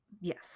Yes